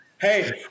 hey